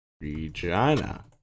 Regina